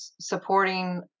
supporting